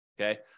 Okay